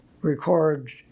record